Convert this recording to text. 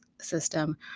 system